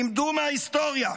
למדו מההיסטוריה,